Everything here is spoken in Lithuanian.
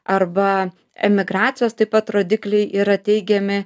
arba emigracijos taip pat rodikliai yra teigiami